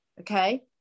Okay